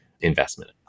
investment